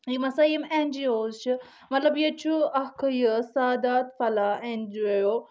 یِم ہسا یِم ایٛن جی اوز چھِ مطلب ییٚتہِ چھُ اکھ یہِ سادات فلا این جی او